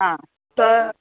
हा तर